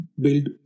build